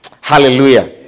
Hallelujah